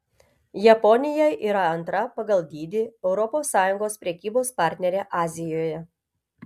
japonija yra antra pagal dydį europos sąjungos prekybos partnerė azijoje